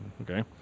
okay